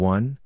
One